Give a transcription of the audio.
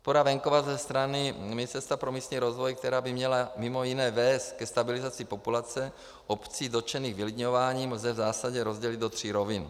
Podporu venkova ze strany Ministerstva pro místní rozvoj, která by měla mimo jiné vést ke stabilizaci populace obcí dotčených vylidňováním, lze v zásadě rozdělit do tří rovin.